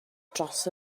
dros